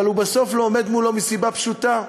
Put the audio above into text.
אבל הוא בסוף לא עומד מולו מסיבה פשוטה: